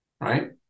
right